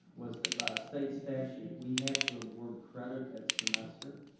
was that, by state statute we have to award credit at semester.